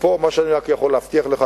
ופה מה שאני יכול להבטיח לך,